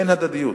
אין הדדיות.